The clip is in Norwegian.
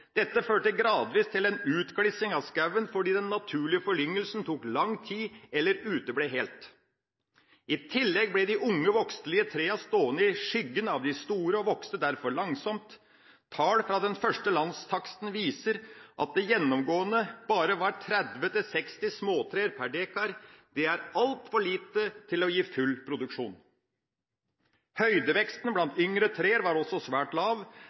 Dette førte gradvis til en glissen skog fordi den naturlige foryngelsen tok lang tid eller uteble helt. I tillegg ble de unge voksterlige trærne stående i skyggen av de store – og vokste derfor langsomt. Tall fra den første landstaksten viser at det gjennomgående bare var 30–60 småtrær per dekar. Det er altfor lite til å gi full produksjon. Høydeveksten blant yngre trær var også svært lav;